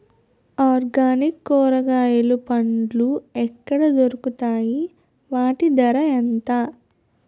Organic కూరగాయలు పండ్లు ఎక్కడ దొరుకుతాయి? వాటి ధర ఎంత?